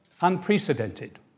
unprecedented